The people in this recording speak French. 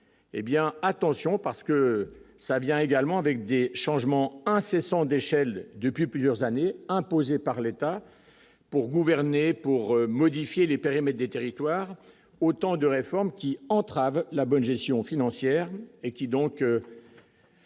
hé bien attention parce que ça vient également avec des changements incessants d'échelle depuis plusieurs années, imposé par l'État pour gouverner, pour modifier les périmètres des territoires autant de réformes qui entravent la bonne gestion financière et qui donc.